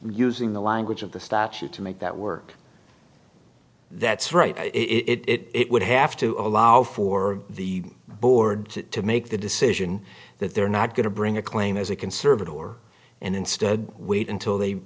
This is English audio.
using the language of the statute to make that work that's right it would have to allow for the board to make the decision that they're not going to bring a claim as a conservative or and instead wait until they